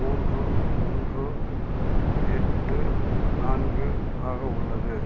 மூன்று ஒன்று எட்டு நான்கு ஆக உள்ளது